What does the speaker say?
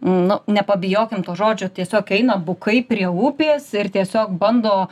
nu nepabijokim to žodžio tiesiog eina bukai prie upės ir tiesiog bando